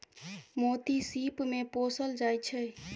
मोती सिप मे पोसल जाइ छै